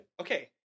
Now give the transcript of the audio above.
okay